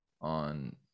on